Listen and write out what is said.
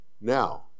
now